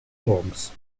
morgens